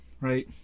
right